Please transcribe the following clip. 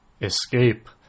escape